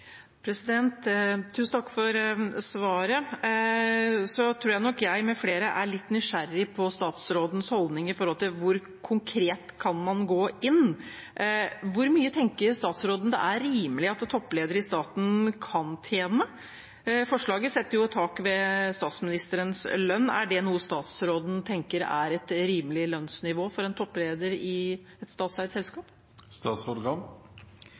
Tusen takk for svaret. Jeg tror nok jeg – med flere – er litt nysgjerrig på statsrådens holdning til hvor konkret man kan gå inn. Hvor mye tenker statsråden det er rimelig at toppledere i staten kan tjene? Forslaget setter jo et tak ved statsministerens lønn. Er det noe statsråden tenker er et rimelig lønnsnivå for en toppleder i et statseid selskap?